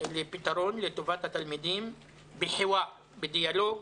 לטובת התלמידים בחיוואר, בדיאלוג